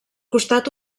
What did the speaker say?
costat